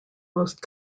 most